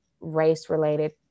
race-related